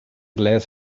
glass